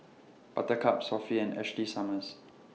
Buttercup Sofy and Ashley Summers